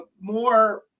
more